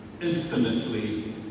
infinitely